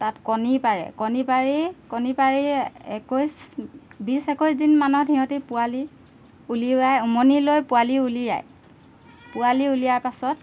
তাত কণী পাৰে কণী পাৰি কণী পাৰি একৈছ বিছ একৈছ দিনমানত সিহঁতি পোৱালি উলিয়াই উমনি লৈ পোৱালি উলিয়ায় পোৱালি উলিওয়াৰ পাছত